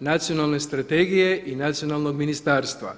nacionalne strategije i nacionalnog ministarstva.